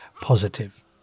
positive